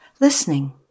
listening